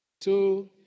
two